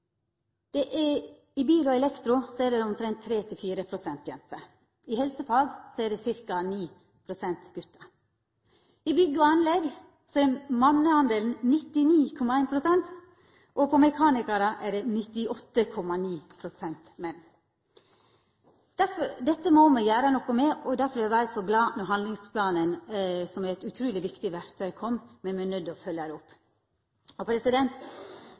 nokre tal: I bil og elektro er det omtrent 3–4 pst. jenter. I helsefag er det ca. 9 pst. gutar. I bygg og anlegg er manneandelen 99,1 pst., og på mekanikar er det 98,9 pst. menn. Dette må me gjera noko med. Difor var eg så glad da handlingsplanen, som er eit utruleg viktig verktøy, kom, men me er nøydde til å følgja det opp.